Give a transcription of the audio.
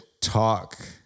talk